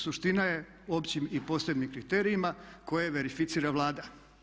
Suština je u općim i posebnim kriterijima koje verificira Vlada.